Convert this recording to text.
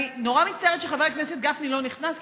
אני נורא מצטערת שחבר הכנסת גפני לא נכנס,